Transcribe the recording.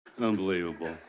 unbelievable